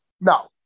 No